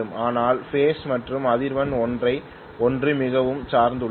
ஆனால் பேஸ் மற்றும் அதிர்வெண் ஒன்றை ஒன்று மிகவும் சார்ந்துள்ளது